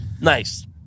Nice